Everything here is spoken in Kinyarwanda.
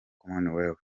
commonwealth